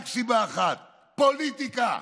רק סיבה אחת: פוליטיקה,